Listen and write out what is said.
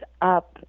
up